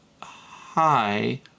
Hi